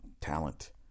talent